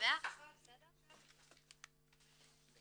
סעיפים מרכזיים שמתוקצבים, השניים